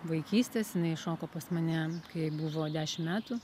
vaikystės jinai šoko pas mane kai jai buvo dešim metų